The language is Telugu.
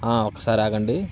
ఒక్కసారి ఆగండి